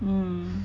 mm